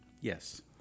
Yes